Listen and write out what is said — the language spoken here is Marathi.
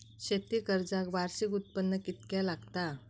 शेती कर्जाक वार्षिक उत्पन्न कितक्या लागता?